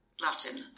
Latin